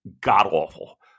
god-awful